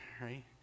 right